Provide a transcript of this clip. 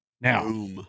Now